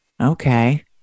Okay